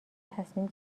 تصمیم